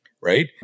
right